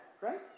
right